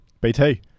BT